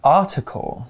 article